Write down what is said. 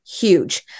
huge